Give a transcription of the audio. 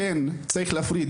כן צריך להפריד,